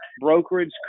brokerage